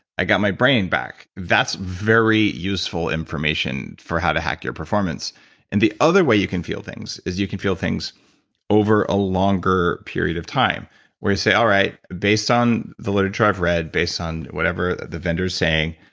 i got my brain back. that's very useful information for how to hack your performance and the other way you can feel things is you can feel things over a longer period of time where you say, all right, based on literature i've read, based on whatever the vendor's saying,